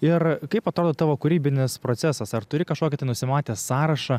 ir kaip atrodo tavo kūrybinis procesas ar turi kažkokį tai nusimatęs sąrašą